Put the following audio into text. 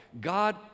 God